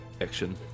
action